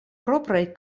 propraj